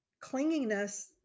clinginess